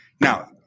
Now